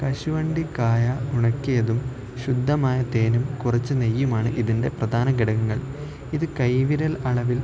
കശുവണ്ടിക്കായ ഉണക്കിയതും ശുദ്ധമായ തേനും കുറച്ച് നെയ്യുമാണ് ഇതിൻ്റെ പ്രധാന ഘടകങ്ങൾ ഇത് കൈവിരൽ അളവിൽ